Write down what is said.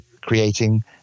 creating